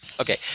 okay